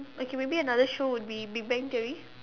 okay maybe another show would be big bang theory